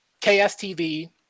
kstv